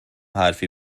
حرفی